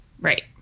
Right